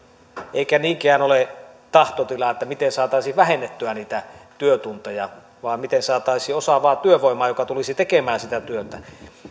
eikä niinkään ole tahtotila että miten saataisiin vähennettyä niitä työtunteja vaan miten saataisiin osaavaa työvoimaa joka tulisi tekemään sitä työtä